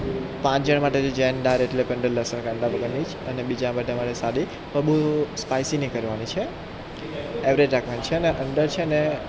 પાંચ જણ માટે જૈન દાળ તે લસણ કાંદા વગરની ને બીજા બધાં માટે સાદી પણ બહુ સ્પાઈસી નહીં કરવાની છે એવરેજ રાખવાની છે અને અંદર છે ને